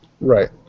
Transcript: Right